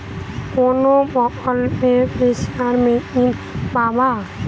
কোন প্রকল্পে spare machine পাব?